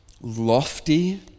lofty